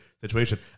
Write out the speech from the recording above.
situation